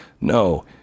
no